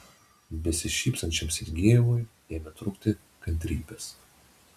besišypsančiam sergejevui ėmė trūkti kantrybės